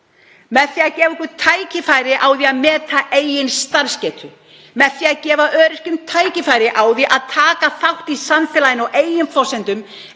með því að gefa okkur tækifæri til að meta eigin starfsgetu, með því að gefa öryrkjum tækifæri til að taka þátt í samfélaginu á eigin forsendum